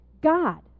God